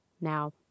Now